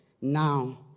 now